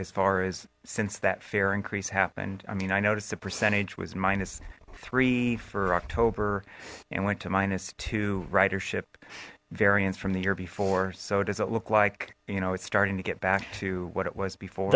as far as since that fare increase happened i mean i noticed the percentage was minus three for october and went ridership variance from the year before so does it look like you know it's starting to get back to what it was before